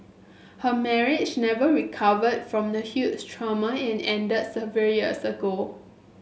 her marriage never recovered from the huge trauma and ended several years ago